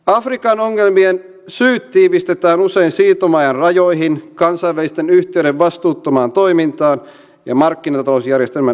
afrikan ongelmien syyt tiivistetään usein siirtomaiden rajoihin kansainvälisten yhtiöiden vastuuttomaan toimintaan ja markkinatalousjärjestelmän epäreiluuteen